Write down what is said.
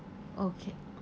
okay